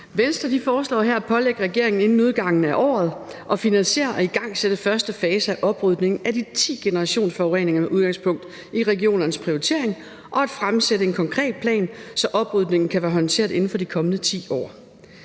Venstre foreslår her at pålægge regeringen inden udgangen af året at finansiere og igangsætte første fase af oprydningen af de ti generationsforureninger med udgangspunkt i regionernes prioritering og at fremsætte en konkret plan, så oprydningen kan være håndteret inden for de kommende ti år.